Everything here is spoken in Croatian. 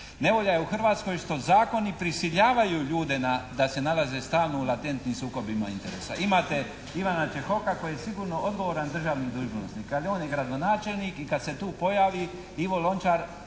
Nevolja je u Hrvatskoj što zakoni prisiljavaju ljude na, da se nalaze stalno u latentnim sukobima interesa. Imate Ivana Čehoka koji je sigurno odgovoran državni dužnosnik. Kad on je gradonačelnik i kad se tu pojavi Ivo Lončar